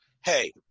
hey